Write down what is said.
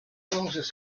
his